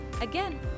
Again